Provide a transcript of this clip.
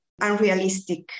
unrealistic